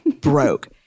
Broke